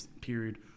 period